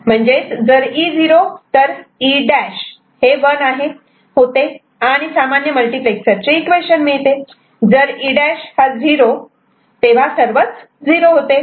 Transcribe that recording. म्हणजेच जर E 0 तर E' 1 आणि सामान्य मल्टिप्लेक्सरर्चे इक्वेशन मिळते आणि जर E' 0 तेव्हा सर्वच 0 होते